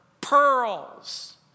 pearls